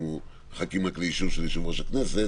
אנחנו מחכים רק לאישור של יושב-ראש הכנסת